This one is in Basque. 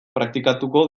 praktikatuko